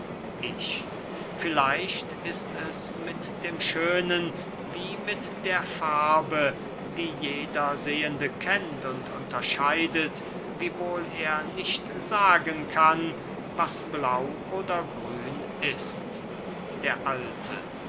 ich vielleicht ist es mit dem schönen wie mit der farbe die jeder sehende kennt und unterscheidet wiewohl er nicht sagen kann was blau oder grün ist der alte